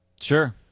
Sure